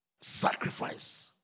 sacrifice